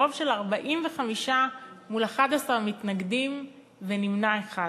ברוב של 45 מול 11 מתנגדים ונמנע אחד.